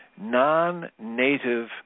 non-native